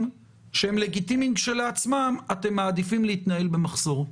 שהם לגיטימיים כשלעצמם אתם מעדיפים להתנהל במחסור.